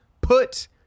put